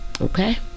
okay